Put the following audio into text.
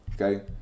Okay